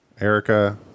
erica